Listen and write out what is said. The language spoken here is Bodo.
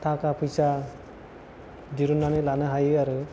थाखा फैसा दिरुननानै लानो हायो आरो